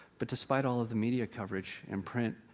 but despite all of the media coverage in print,